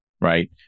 right